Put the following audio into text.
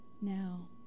Now